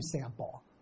sample